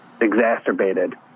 exacerbated